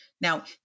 Now